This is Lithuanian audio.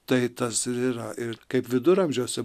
tai tas ir yra ir kaip viduramžiuose